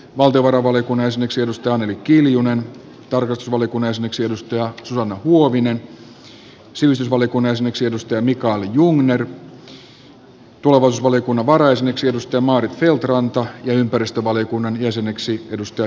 valtiovarainvaliokunnan syksy mustonen mia petra kumpula natrin valtiovarainvaliokunnan jäseneksi anneli kiljusen tarkastusvaliokunnan jäseneksi susanna huovisen sivistysvaliokunnan jäseneksi mikael jungnerin tulevaisuusvaliokunnan varajäseneksi maarit feldt rannan sekä ympäristövaliokunnan jäseneksi jouni backmanin